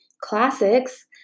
classics